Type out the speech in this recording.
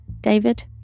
David